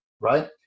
right